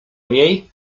niej